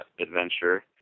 adventure